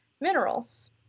minerals